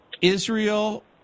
Israel